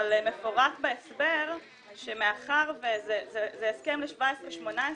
אבל מפורט בהסבר שזה הסכם ל-17'-18',